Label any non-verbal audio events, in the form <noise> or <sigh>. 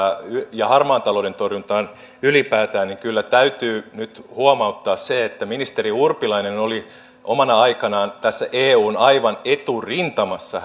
ja harmaan talouden torjuntaan ylipäätään niin kyllä täytyy nyt huomauttaa että ministeri urpilainen oli omana aikanaan tässä eun aivan eturintamassa <unintelligible>